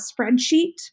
spreadsheet